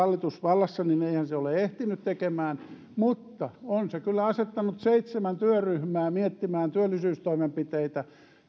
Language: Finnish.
vallassa niin eihän se ole ehtinyt tekemään mutta on se kyllä asettanut seitsemän työryhmää miettimään työllisyystoimenpiteitä